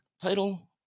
title